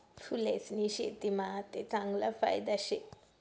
फूलेस्नी शेतीमा आते चांगला फायदा शे